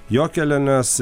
jo keliones